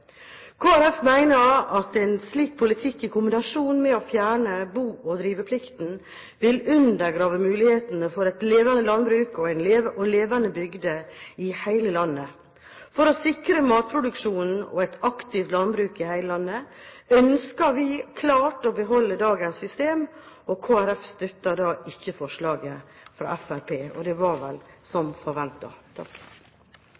at en slik politikk, i kombinasjon med å fjerne bo- og driveplikten, vil undergrave mulighetene for et levende landbruk og levende bygder i hele landet. For å sikre matproduksjonen og et aktivt landbruk i hele landet ønsker vi klart å beholde dagens system. Kristelig Folkeparti støtter da ikke forslaget fra Fremskrittspartiet – og det var vel